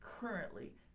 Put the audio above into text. currently